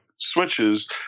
switches